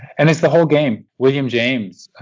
and it's the whole game. william james,